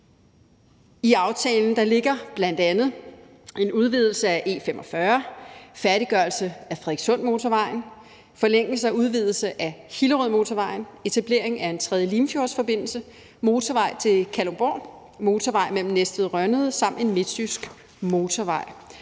I aftalen ligger bl.a. en udvidelse af E45, færdiggørelse af Frederikssundmotorvejen, forlængelse og udvidelse af Hillerødmotorvejen, etablering af en tredje Limfjordsforbindelse, motorvej til Kalundborg, motorvej mellem Næstved og Rønnede samt en midtjysk motorvej.